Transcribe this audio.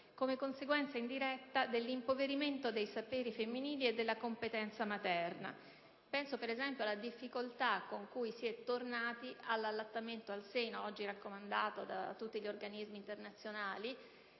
come conseguenza indiretta dell'impoverimento dei saperi femminili e della competenza materna. Penso, ad esempio, alla difficoltà con cui si è tornati all'allattamento al seno, oggi raccomandato da tutti gli organismi internazionali,